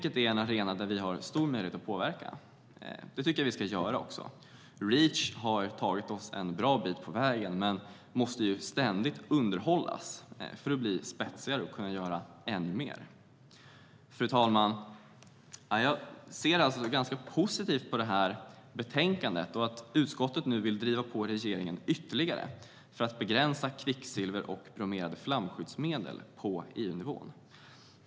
EU är en arena där vi har stor möjlighet att påverka, vilket vi också ska göra. Reach har tagit oss en bit på vägen men måste ständigt underhållas för att bli spetsigare och kunna göra mer. Fru talman! Jag ser positivt på betänkandet och att utskottet vill driva på regeringen ytterligare för att begränsa kvicksilver och bromerade flamskyddsmedel på EU-nivå.